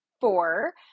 four